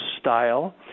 style